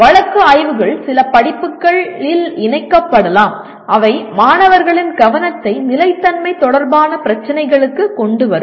வழக்கு ஆய்வுகள் சில படிப்புகளில் இணைக்கப்படலாம் அவை மாணவர்களின் கவனத்தை நிலைத்தன்மை தொடர்பான பிரச்சினைகளுக்கு கொண்டு வரும்